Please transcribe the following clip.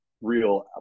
real